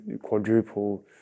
quadruple